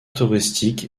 touristique